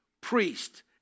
priest